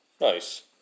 Nice